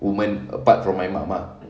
women apart from my mum ah